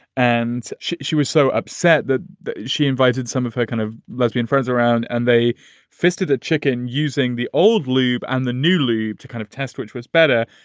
and she she was so upset that she invited some of her kind of lesbian friends around and they fisted a chicken using the old lube and the new leaf to kind of test, which was better.